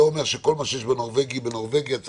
אם נסתכל מה עשו הסיעות הגדולות, סיעות השלטון,